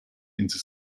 into